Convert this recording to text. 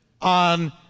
on